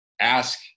ask